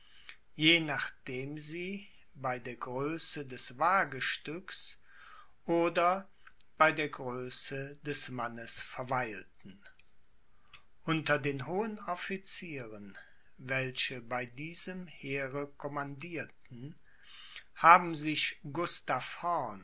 je nachdem sie bei der größe des wagestücks oder bei der größe des mannes verweilten unter den hohen officieren welche bei diesem heere commandierten haben sich